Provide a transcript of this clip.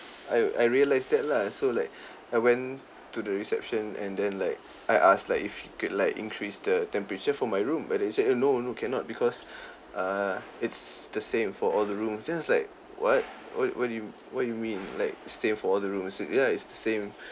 I I realised that lah so like I went to the reception and then like I ask like if she could like increase the temperature for my room but they say uh no no cannot because err it's the same for all the rooms then I was like what what do you what do you mean like same for all the rooms ya it's the same